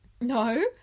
No